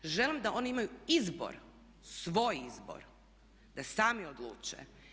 Želim da oni imaju izbor, svoj izbor da sami odluče.